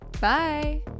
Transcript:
Bye